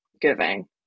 giving